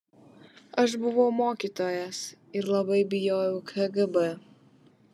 aš buvau mokytojas ir labai bijojau kgb